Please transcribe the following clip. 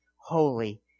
holy